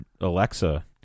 Alexa